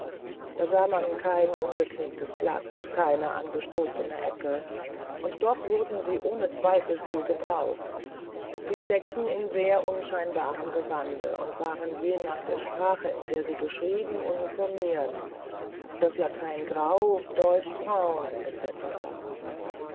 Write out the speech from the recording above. da sah man kein umgeknicktes blatt keine abgestoßene ecke und doch wurden sie ohne zweifel viel gebraucht sie steckten in sehr unscheinbarem gewande und waren je nach der sprache in der sie geschrieben uniformiert das latein grau deutsch braun